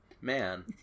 man